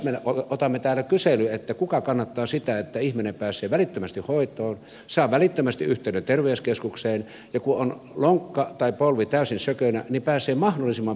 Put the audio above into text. voisimme ottaa täällä kyselyn että kuka kannattaa sitä että ihminen pääsee välittömästi hoitoon saa välittömästi yhteyden terveyskeskukseen ja kun on lonkka tai polvi täysin sökönä niin pääsee mahdollisimman pian leikkaukseen